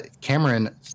Cameron